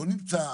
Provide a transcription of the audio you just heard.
בואו נמצא,